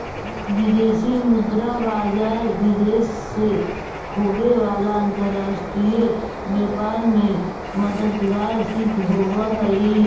विदेशी मुद्रा बाजार विदेश से होवे वाला अंतरराष्ट्रीय व्यापार में मददगार सिद्ध होवऽ हइ